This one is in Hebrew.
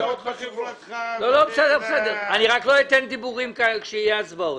רק לא אתן דיבורים בזמן הצבעות.